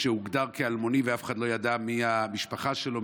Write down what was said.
כשהוגדר כאלמוני ואף אחד לא ידע מי המשפחה שלו,